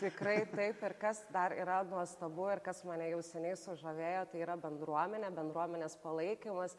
tikrai taip ir kas dar yra nuostabu ir kas mane jau seniai sužavėjo tai yra bendruomenė bendruomenės palaikymas